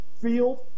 field